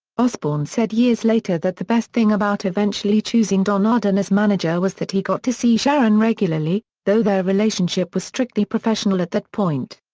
osbourne said years later that the best thing about eventually choosing don arden as manager was that he got to see sharon regularly, though their relationship was strictly professional at that point.